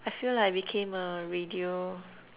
I feel like I became a radio